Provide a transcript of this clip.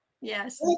Yes